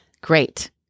Great